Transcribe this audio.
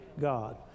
God